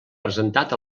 presentat